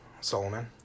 Solomon